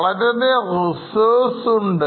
വളരെയധികംreserves ഉണ്ട്